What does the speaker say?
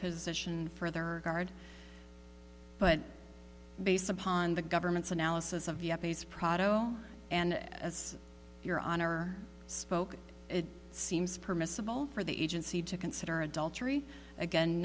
position further guard but based upon the government's analysis of yuppies prado and as your honor spoke it seems permissible for the agency to consider adultery again